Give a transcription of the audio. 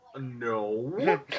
no